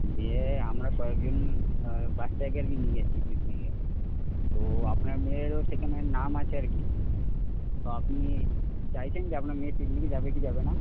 দিয়ে আমরা কয়েকজন বাচ্চাকে আর কি নিয়ে যাচ্ছি পিকনিকে তো আপনার মেয়েরও সেখানে নাম আছে আর কি তো আপনি চাইছেন যে আপনার মেয়ে পিকনিকে যাবে কি যাবে না